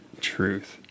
truth